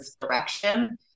direction